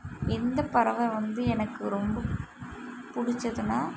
எந்த பறவை வந்து எனக்கு ரொம்ப பிடிச்சதுன்னா